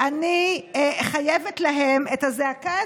אני אגיד את זה היום בכנסת.